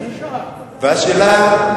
והשאלה,